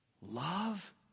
Love